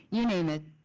you name it,